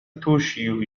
توشيو